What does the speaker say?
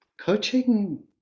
coaching